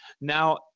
now